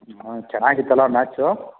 ಹಾಂ ಚೆನ್ನಾಗಿತ್ತಲಾ ಮ್ಯಾಚು